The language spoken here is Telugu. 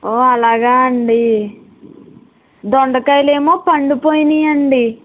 ఓ అలాగా అండి దొండకాయలేమో పండుపోయాయి అండి